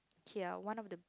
K uh one of the